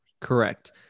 Correct